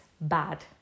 bad